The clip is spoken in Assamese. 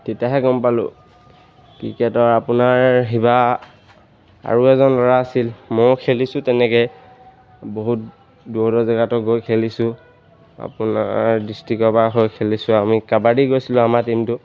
তেতিয়াহে গম পালোঁ ক্ৰিকেটৰ আপোনাৰ সিবাৰ আৰু এজন ল'ৰা আছিল ময়ো খেলিছোঁ তেনেকৈ বহুত দূৰৰ দূৰৰ জেগাটো গৈ খেলিছোঁ আপোনাৰ ডিষ্ট্ৰিকৰ পৰা হৈ খেলিছোঁ আমি কাবাডী গৈছিলোঁ আমাৰ টিমটো